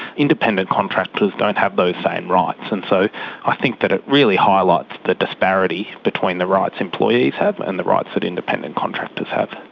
independent contractors don't have those same rights, and so i think that it really highlights the disparity between the rights employees have and the rights that independent contractors have.